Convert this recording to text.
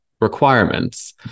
requirements